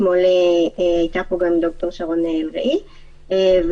אתמול הייתה כאן גם דוקטור שרון אלרעי ודיברנו